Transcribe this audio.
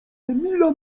emila